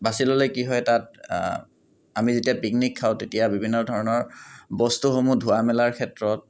বাছি ল'লে কি হয় তাত আমি যেতিয়া পিকনিক খাওঁ তাত বিভিন্ন ধৰণৰ বস্তুসমূহ ধোৱা মেলাৰ ক্ষেত্ৰত